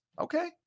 Okay